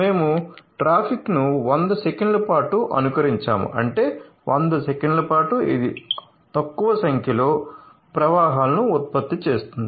మేము ట్రాఫిక్ను 100 సెకన్ల పాటు అనుకరించాము అంటే 100 సెకన్ల పాటు ఇది తక్కువ సంఖ్యలో ప్రవాహాలను ఉత్పత్తి చేస్తుంది